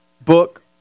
book